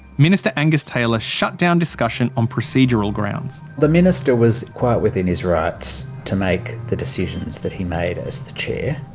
minister angus taylor shut down discussion on procedural grounds. the minister was quite within his rights to make the decisions that he made as the chair.